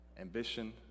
ambition